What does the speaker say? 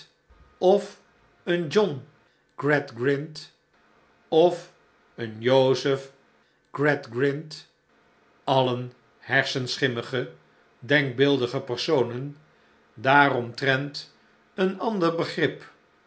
of een john gradgrind of een jozef gradgrind alien hersenschimrnige denkbe eldige personen daaromtrent een ander begrip